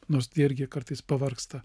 nors jie irgi kartais pavargsta